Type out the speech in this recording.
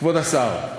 כבוד השר,